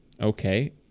okay